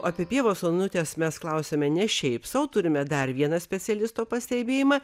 o pievos onutės mes klausėme ne šiaip sau turime dar vieną specialisto pastebėjimą